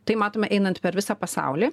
tai matoma einant per visą pasaulį